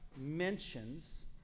mentions